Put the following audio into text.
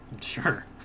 Sure